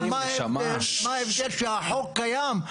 מה ההבדל שהחוק קיים?